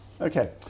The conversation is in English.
Okay